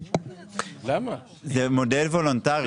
זה מודל וולונטרי.